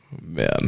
Man